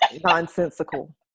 nonsensical